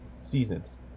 seasons